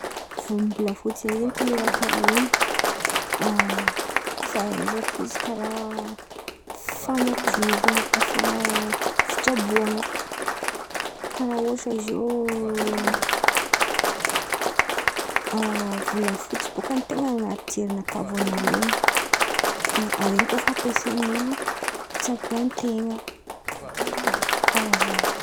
Volombolafotsy ndraiky zen̈y kolera karàha ren̈y fahaizako izy karàha fan̈adiovan̈a, fan̈a-fitsaboan̈a. Karàha ohatra ziô volafotsy bôka ten̈a an̈aty jerinakà vônaloan̈y, de avy eo kà fampiasan̈olo itsaboan̈- ten̈a, karàha zen̈y.